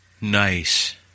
Nice